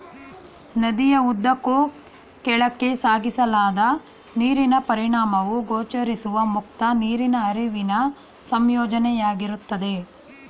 ನದಿಯ ಉದ್ದಕ್ಕೂ ಕೆಳಕ್ಕೆ ಸಾಗಿಸಲಾದ ನೀರಿನ ಪರಿಮಾಣವು ಗೋಚರಿಸುವ ಮುಕ್ತ ನೀರಿನ ಹರಿವಿನ ಸಂಯೋಜನೆಯಾಗಿರ್ತದೆ